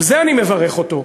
על זה אני מברך אותו,